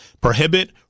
Prohibit